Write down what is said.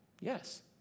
Yes